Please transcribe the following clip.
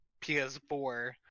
ps4